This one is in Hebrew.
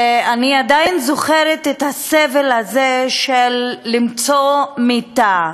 אני עדיין זוכרת את הסבל הזה של למצוא מיטה,